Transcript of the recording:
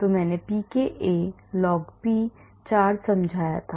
तो मैंने pKa log p charge समझाया था